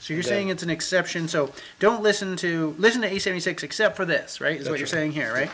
so you're saying it's an exception so don't listen to listen a seventy six except for this right that you're saying here right